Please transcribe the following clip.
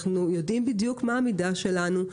אנחנו יודעים בדיוק מה המידה שלנו,